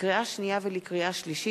לקריאה שנייה ולקריאה שלישית,